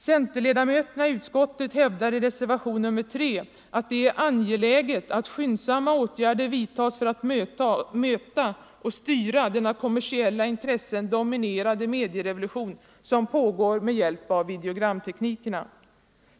Centerledamöterna i utskottet hävdar i reservationen — Rundradiooch 3 att det är angeläget att skyndsamma åtgärder vidtas för att möta och andra massmediestyra den av kommersiella intressen dominerade medierevolution som frågor pågår med hjälp av videogramteknikerna.